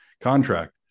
contract